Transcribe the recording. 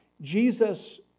Jesus